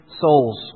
Souls